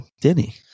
Denny